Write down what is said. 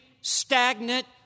stagnant